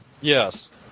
Yes